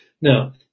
now